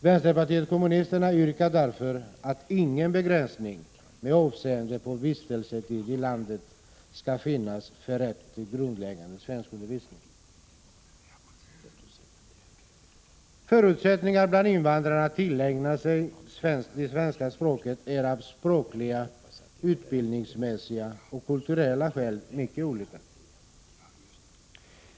Vänsterpartiet kommunisterna yrkar därför att ingen begränsning med avseende på vistelsetid i landet skall finnas för rätt till grundläggande svenskundervisning. Förutsättningarna bland invandrarna att tillägna sig det svenska språket är av språkliga, utbildningsmässiga och kulturella skäl mycket olika.